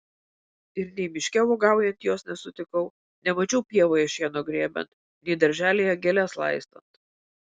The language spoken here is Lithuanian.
ir nei miške uogaujant jos nesutikau nemačiau pievoje šieno grėbiant nei darželyje gėles laistant